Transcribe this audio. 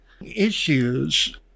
issues